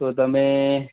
તો તમે